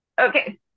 Okay